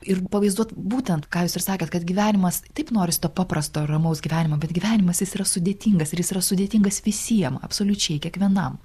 ir pavaizduot būtent ką jūs ir sakėt kad gyvenimas taip norisi to paprasto ramaus gyvenimo bet gyvenimas jis yra sudėtingas ir jis yra sudėtingas visiem absoliučiai kiekvienam